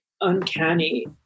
uncanny